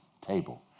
table